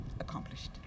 accomplished